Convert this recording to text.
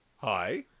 hi